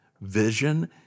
Vision